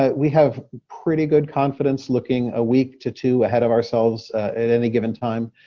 ah we have pretty good confidence looking a week to two ahead of ourselves at any given time.